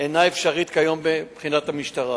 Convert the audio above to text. אינה אפשרית כיום מבחינת המשטרה.